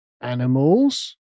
animals